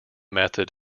method